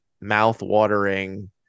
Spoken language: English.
mouth-watering